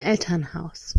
elternhaus